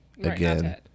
again